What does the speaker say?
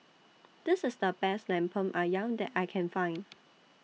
This IS The Best Lemper Ayam that I Can Find